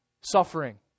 suffering